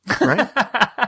right